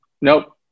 Nope